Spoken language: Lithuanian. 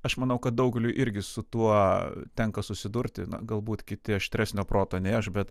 aš manau kad daugeliui irgi su tuo tenka susidurti na galbūt kiti aštresnio proto nei aš bet